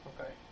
Okay